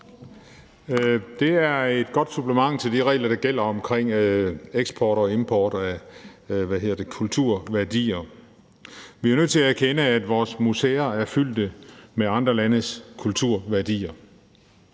her er et godt supplement til de regler, der gælder omkring eksport og import af kulturværdier. Vi er jo nødt til at erkende, at vores museer er fyldt med andre landes kulturværdier.